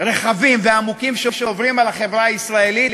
רחבים ועמוקים שעוברים על החברה הישראלית,